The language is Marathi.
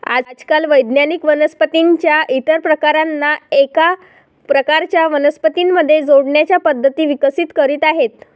आजकाल वैज्ञानिक वनस्पतीं च्या इतर प्रकारांना एका प्रकारच्या वनस्पतीं मध्ये जोडण्याच्या पद्धती विकसित करीत आहेत